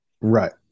right